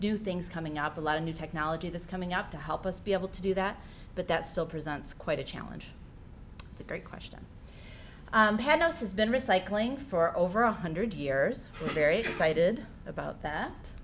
do things coming up a lot of new technology that's coming up to help us be able to do that but that still presents quite a challenge it's a great question had us has been recycling for over one hundred years very excited about that